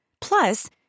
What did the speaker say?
Plus